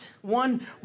one